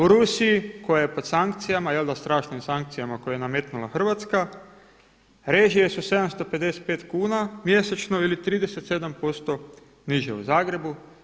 U Rusiji koja je pod sankcijama, jel' da strašnim sankcijama koje je nametnula Hrvatska, režije su 755 kuna mjesečno ili 37% niže u Zagrebu.